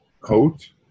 Coat